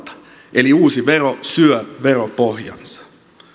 eli uusi vero syö veropohjansa